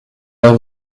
heure